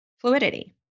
fluidity